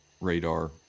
radar